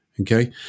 okay